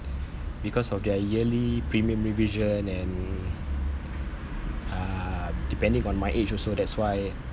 because of their yearly premium revision and uh depending on my age also that's why